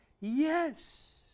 Yes